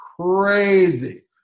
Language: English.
crazy